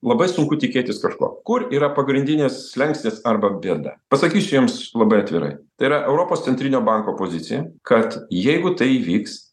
labai sunku tikėtis kažko kur yra pagrindinis slenkstis arba bėda pasakysiu jums labai atvirai tai yra europos centrinio banko pozicija kad jeigu tai įvyks